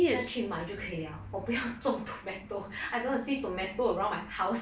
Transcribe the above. just 去买就可以了我不要种 tomato I don't see tomato around my house